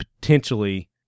potentially